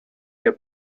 year